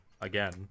again